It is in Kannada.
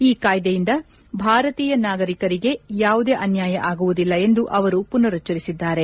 ಈ ಕಾಯ್ಲೆಯಿಂದ ಭಾರತೀಯ ನಾಗರಿಕರಿಗೆ ಯಾವುದೇ ಅನ್ನಾಯ ಆಗುವುದಿಲ್ಲ ಎಂದು ಅವರು ಮನರುಚ್ವರಿಸಿದ್ದಾರೆ